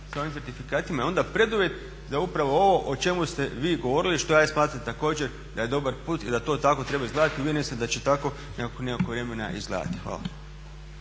s ovim certifikatima je onda preduvjet da upravo ovo o čemu ste vi govorili, što ja smatram također da je dobar put i da to tako treba izgledati, uvjeren sam da će tako … izgledati. Hvala.